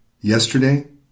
Yesterday